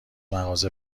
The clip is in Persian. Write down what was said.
مغازه